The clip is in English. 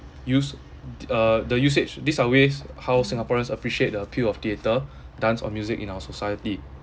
use the uh the usage these are ways how singaporeans appreciate the appeal of theatre dance or music in our society